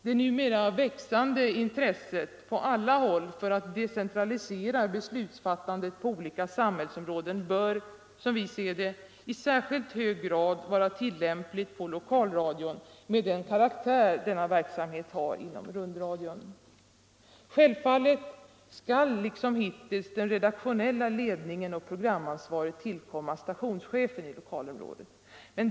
Det numera växande intresset på alla håll för att decentralisera beslutsfattandet på olika samhällsområden bör, som vi ser det, i särskilt hög grad vara tillämpligt på lokalradion med den karaktär denna verksamhet har inom rundradion. Självfallet skall liksom hittills den redaktionella ledningen och programansvaret tillkomma stationschefen i lokalradioområdet.